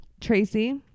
Tracy